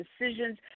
decisions